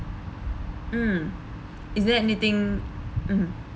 mm is there anything mm